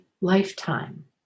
lifetime